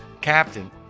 captain